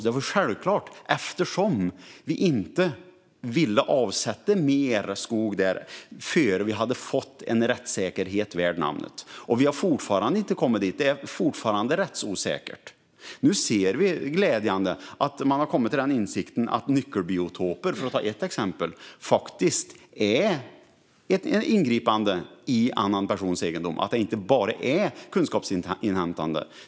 Det var självklart eftersom vi inte ville avsätta mer skog där innan vi hade fått en rättssäkerhet värd namnet. Vi har fortfarande inte kommit dit, utan det är fortfarande rättsosäkert. Nu ser vi glädjande nog att man har kommit till insikten att nyckelbiotoper, för att ta ett exempel, faktiskt är ett ingripande i en annan persons egendom och inte bara ett kunskapsinhämtande.